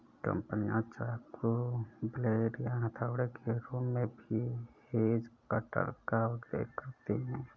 कंपनियां चाकू, ब्लेड या हथौड़े के रूप में भी हेज कटर का उल्लेख करती हैं